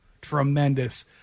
tremendous